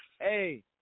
Hey